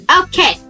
Okay